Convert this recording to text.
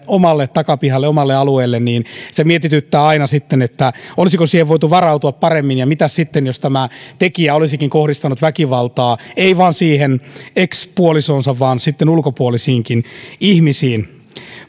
omalle takapihalle omalle alueelle mietityttää aina että olisiko siihen voitu varautua paremmin ja mitäs sitten jos tämä tekijä olisikin kohdistanut väkivaltaa ei vain siihen ex puolisoonsa vaan ulkopuolisiinkin ihmisiin